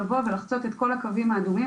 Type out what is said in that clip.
לבוא ולחצות את כל הקווים האדומים,